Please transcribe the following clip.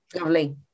Lovely